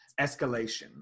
escalation